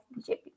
BJP